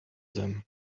them